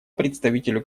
представителю